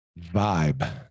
vibe